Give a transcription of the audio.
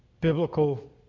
biblical